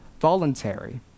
voluntary